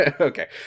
okay